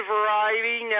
Variety